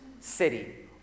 city